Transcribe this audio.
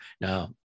now